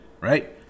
right